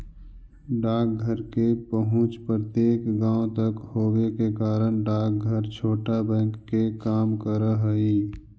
डाकघर के पहुंच प्रत्येक गांव तक होवे के कारण डाकघर छोटा बैंक के काम करऽ हइ